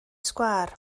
sgwâr